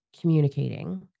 communicating